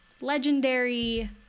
legendary